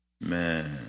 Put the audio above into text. Man